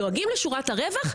דואגים לשורת הרווח,